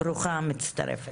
ברוכה המצטרפת.